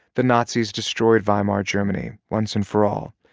the nazis destroyed weimar germany once and for all.